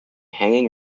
hanging